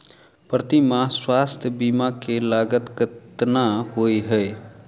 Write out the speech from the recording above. प्रति माह स्वास्थ्य बीमा केँ लागत केतना होइ है?